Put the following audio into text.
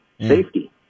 safety